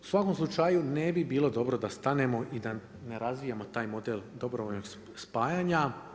U svakom slučaju ne bi bilo dobro da stanemo i da ne razvijemo taj model dobrovoljno spajanja.